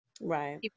Right